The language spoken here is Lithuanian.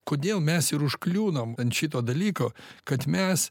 kodėl mes ir užkliūnam ant šito dalyko kad mes